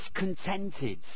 discontented